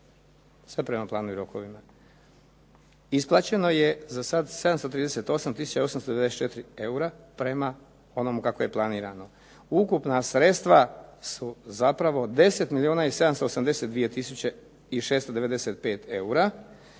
sve prema planu i rokovima. Isplaćeno je za sada 738 tisuća 894 eura prema onome kako je planirano. Ukupna sredstva su zapravo 10 milijuna